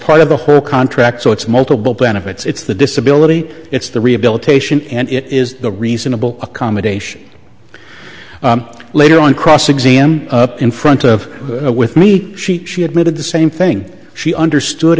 part of the her contract so it's multiple benefits it's the disability it's the rehabilitation and it is the reasonable accommodation later on cross exam up in front of with me she admitted the same thing she understood